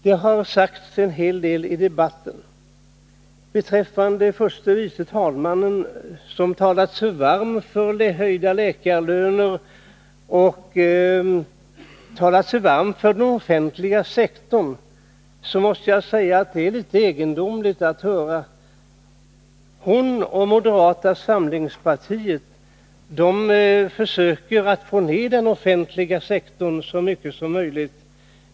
Det har sagts en hel del i denna debatt. Förste vice talmannen har talat sig varm för höjda läkarlöner och för den offentliga sektorn, och jag måste säga att det är litet egendomligt att höra detta. Hon och moderata samlingspartiet försöker minska den offentliga sektorn så mycket som möjligt.